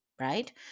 right